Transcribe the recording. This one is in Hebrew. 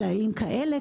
כללים כאלה,